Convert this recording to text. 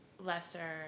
lesser